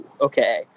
okay